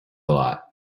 lot